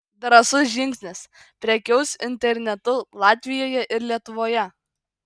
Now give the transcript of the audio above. drąsus žingsnis prekiaus internetu latvijoje ir lietuvoje